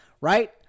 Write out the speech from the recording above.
right